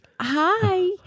Hi